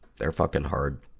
they're fucking hard.